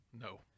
No